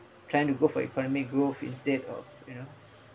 trying to go for economic growth instead of you know